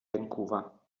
vancouver